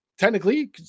Technically